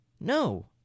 No